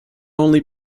only